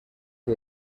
que